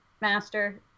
master